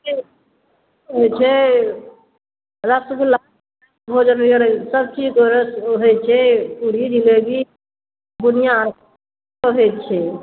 के होइ छै रसगुल्ला भोजन भेल सभचीज ओ होइ छै पूरी जिलेबी बुनिऑं सभ होइ छै